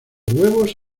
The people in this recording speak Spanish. huevos